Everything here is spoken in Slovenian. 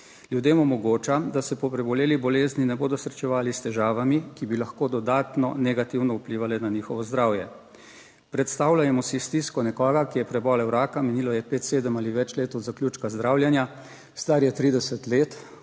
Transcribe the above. Ljudem omogoča, da se po preboleli bolezni ne bodo srečevali s težavami, ki bi lahko dodatno negativno vplivale na njihovo zdravje. Predstavljajmo si stisko nekoga, ki je prebolel raka, minilo je pet, sedem ali več let od zaključka zdravljenja, star je 30 let,